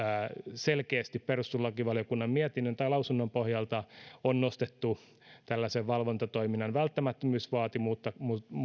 selkeästi perustuslakivaliokunnan lausunnon pohjalta on nostettu tällaisen valvontatoiminnan välttämättömyysvaatimusta